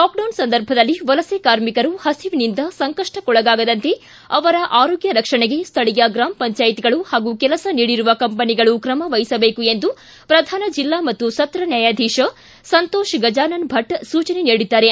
lockdown ಸಂದರ್ಭದಲ್ಲಿ ವಲಸೆ ಕಾರ್ಮಿಕರು ಹಸಿವಿನಿಂದ ಸಂಕಷ್ಟಕ್ಕೊಳಗಾಗದಂತೆ ಅವರ ಆರೋಗ್ಯ ರಕ್ಷಣೆಗೆ ಸ್ಥಳೀಯ ಗ್ರಾಮ ಪಂಚಾಯತ್ಗಳು ಪಾಗೂ ಕೆಲಸ ನೀಡಿರುವ ಕಂಪನಿಗಳು ಕ್ರಮವಹಿಸಬೇಕು ಎಂದು ಪ್ರಧಾನ ಜಿಲ್ಲಾ ಮತ್ತು ಸತ್ರ ನ್ಯಾಯಾಧೀಶ ಸಂತೋಷ್ ಗಜಾನನ ಭಟ್ ಸೂಚನೆ ನೀಡಿದ್ದಾರೆ